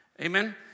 Amen